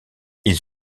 ils